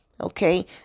okay